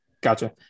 Gotcha